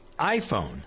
iPhone